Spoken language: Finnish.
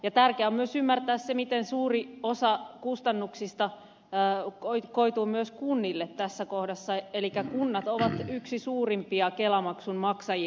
tärkeää on myös ymmärtää se miten suuri osa kustannuksista koituu myös kunnille tässä kohdassa elikkä kunnat ovat yksi suurimpia kelamaksun maksajia